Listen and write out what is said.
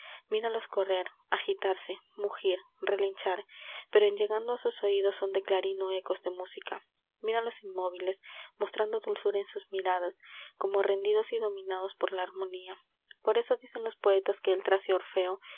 míralos correr agitarse mugir relinchar pero en llegando á sus oidos son de clarin ó ecos de música míralos inmóviles mostrando dulzura en sus miradas como rendidos y dominados por la armonía por eso dicen los poetas que el tracio orfeo